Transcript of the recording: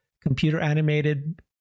computer-animated